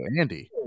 Andy